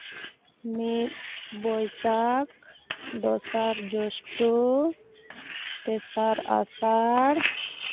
ᱢᱤᱫ ᱵᱳᱭᱥᱟᱠᱷ ᱫᱚᱥᱟᱨ ᱡᱳᱥᱴᱚ ᱛᱮᱥᱟᱨ ᱟᱥᱟᱲ